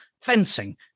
Fencing